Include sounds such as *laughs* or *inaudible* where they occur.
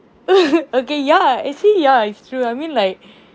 *laughs* okay ya actually ya it's true I mean like